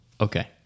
okay